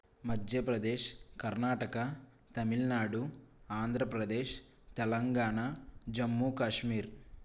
Madhya Pradesh Karnataka Tamil Nadu Andhra Pradesh Telangana Jammu Kashmir